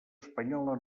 espanyola